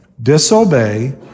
disobey